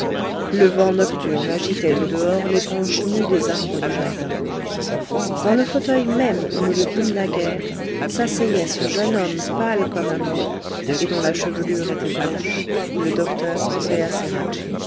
le vent nocturne agitait au dehors les branches nues des arbres du jardin dans le fauteuil même où nous le vîmes naguère s'asseyait ce jeune homme pâle comme un mort et dont la chevelure était blanche le dr andréa